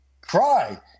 cry